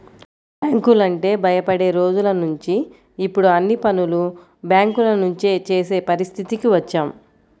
బ్యాంకులంటే భయపడే రోజులనుంచి ఇప్పుడు అన్ని పనులు బ్యేంకుల నుంచే చేసే పరిస్థితికి వచ్చాం